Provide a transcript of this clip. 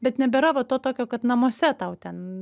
bet nebėra va to tokio kad namuose tau ten